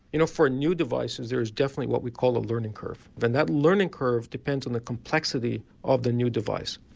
you know for new devices there's definitely what we call a learning curve and that learning curve depends on the complexity of the new device.